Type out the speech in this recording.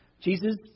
Jesus